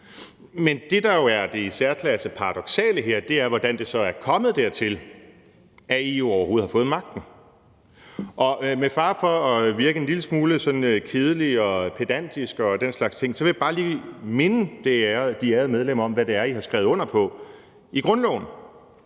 Men det, der er det i særklasse paradoksale her, er, hvordan det så er kommet dertil, at EU overhovedet har fået magten. Og med fare for at virke sådan en lille smule kedelig og pedantisk og den slags ting vil jeg bare lige minde de ærede medlemmer om, hvad det er, de har skrevet under på i grundloven.